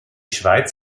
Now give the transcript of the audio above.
schweiz